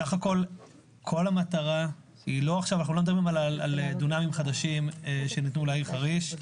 סך הכול המטרה היא לא לדבר על דונמים חדשים שניתנו לעיר חריש,